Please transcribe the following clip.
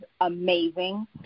amazing